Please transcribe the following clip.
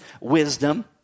wisdom